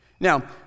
Now